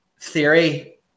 theory